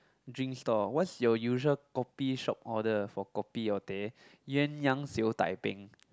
drinks stall what's your usual kopi shop order for kopi or teh Yuen-yang siew-dai peng